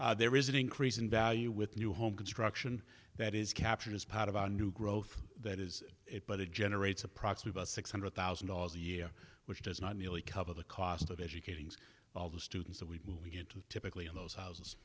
six there is an increase in value with new home construction that is captured as part of our new growth that is it but it generates approx about six hundred thousand dollars a year which is not nearly cover the cost of educating all the students that we get typically in those houses